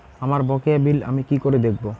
আমার বকেয়া বিল আমি কি করে দেখব?